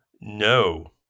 No